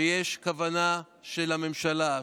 יש כוונה של הממשלה,